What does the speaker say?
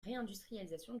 réindustrialisation